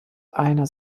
einer